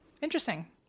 interesting